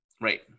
Right